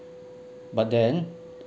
but then